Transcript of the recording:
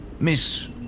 Miss